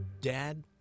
Dad